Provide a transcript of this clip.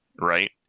right